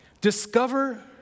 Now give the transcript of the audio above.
discover